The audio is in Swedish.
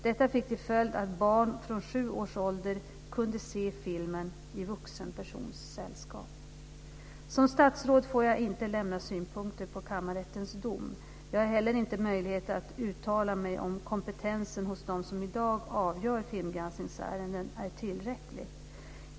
Detta fick till följd att barn från 7 års ålder kunde se filmen i en vuxen persons sällskap. Som statsråd får jag inte lämna synpunkter på kammarrättens dom. Jag har heller inte möjlighet att uttala mig om huruvida kompetensen hos dem som i dag avgör filmgranskningsärenden är tillräcklig.